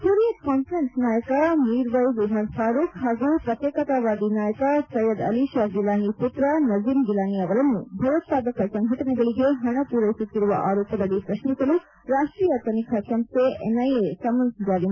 Hurriyat conference ನಾಯಕ ಮೀರ್ವೈಸ್ ಉಮರ್ ಫಾರೂಬ್ ಪುತ್ರ ಹಾಗೂ ಪ್ರತ್ಯೇಕತಾವಾದಿ ನಾಯಕ ಸಯದ್ ಅಲಿ ಶಾ ಗಿಲಾನಿ ಮತ್ರ ನಸೀಮ್ ಗಿಲಾನಿ ಅವರನ್ನು ಭಯೋತ್ವಾದಕ ಸಂಘಟನೆಗಳಿಗೆ ಹಣ ಪೂರೈಸುತ್ತಿರುವ ಆರೋಪದಡಿ ಪ್ರಶ್ನಿಸಲು ರಾಷ್ಷೀಯ ತನಿಖಾ ಸಂಸ್ಥೆ ಎನ್ಐಎ ಸಮನ್ನ್ ಜಾರಿ ಮಾಡಿದೆ